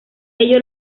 ello